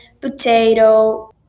potato